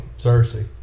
Cersei